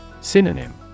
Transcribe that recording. Synonym